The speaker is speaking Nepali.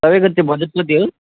तपाईँको त्यो बजेट कति हो